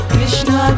Krishna